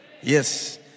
Yes